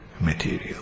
material